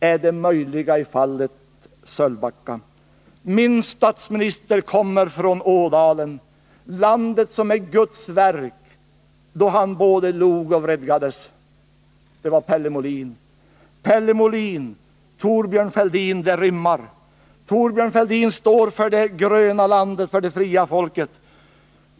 Är de möjliga i fallet Sölvbacka? Min statsminister kommer från Ådalen, landet som är Guds verk ”då han både log och vredgades” — det var Pelle Molin som sade det. Pelle Molin — Thorbjörn Fälldin — det rimmar! Thorbjörn Fälldin står för det gröna landet, för det fria folket.